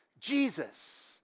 Jesus